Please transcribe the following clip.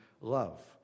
love